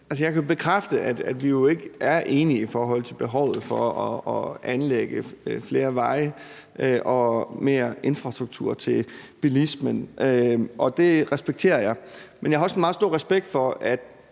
jeg kan jo bekræfte, at vi ikke er enige i forhold til behovet for at anlægge flere veje og mere infrastruktur til bilismen, og det respekterer jeg. Men jeg har også meget stor respekt for, at